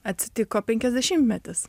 atsitiko penkiasdešimtmetis